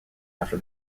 after